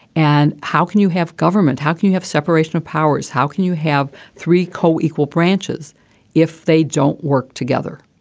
and how can you have government? how can you have separation of powers? how can you have three co-equal branches if they don't work together?